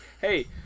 Hey